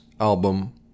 album